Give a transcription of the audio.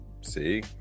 See